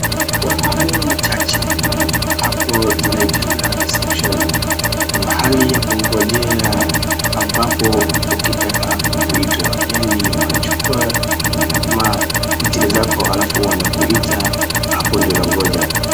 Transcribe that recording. Kwa hayo machache, hapo zinaitwanga risepshoni, ni mahali ya kungojea ambapo ukitaka kuitwa yaani wanachukua ma detail zako halafu wanakuita, hapo ndio unangoja.